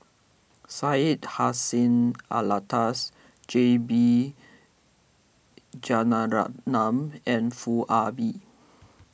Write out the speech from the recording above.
Syed Hussein Alatas J B and Foo Ah Bee